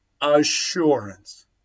assurance